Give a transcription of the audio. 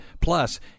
Plus